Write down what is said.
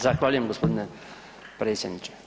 Zahvaljujem gospodine predsjedniče.